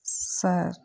sir